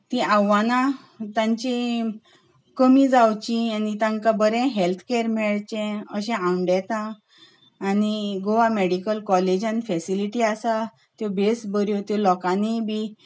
तीं आव्हानां तांची कमी जावचीं आनी तांकां बरें हॅल्थकॅर मेळचें अशें आंवडेतां आनी गोवा मेडिकल कॉलेजांत फेसिलिटी आसा त्यो बेस बऱ्यो त्यो लोकांनीय बी